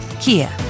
Kia